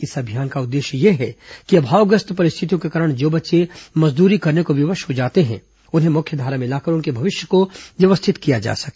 इस अभियान का उद्देश्य यह है कि अभावग्रस्त परिस्थितियों के कारण जो बच्चे मजदूरी करने को विवश हो जाते हैं उन्हें मुख्यधारा में लाकर उनके भविष्य को व्यवस्थित किया जा सके